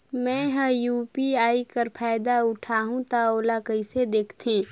मैं ह यू.पी.आई कर फायदा उठाहा ता ओला कइसे दखथे?